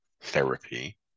therapy